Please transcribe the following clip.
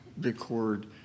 record